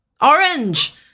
Orange